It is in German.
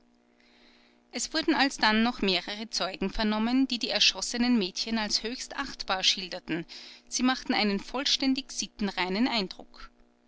es wurden alsdann noch mehrere zeugen vernommen die die erschossenen mädchen als höchst achtbar schilderten sie machten einen vollständig sittenreinen eindruck